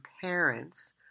parents